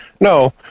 no